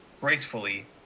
gracefully